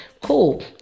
Cool